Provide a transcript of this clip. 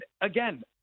again